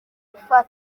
gufata